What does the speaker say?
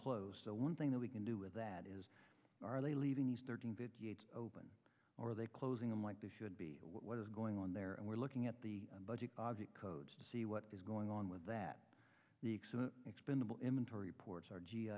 closed so one thing that we can do with that is are they leaving these open or they closing them like this should be what is going on there and we're looking at the budget object codes to see what is going on with that expendable him until reports are g